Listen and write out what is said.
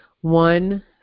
one